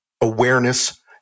awareness